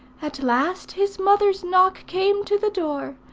at last his mother's knock came to the door,